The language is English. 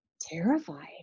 terrified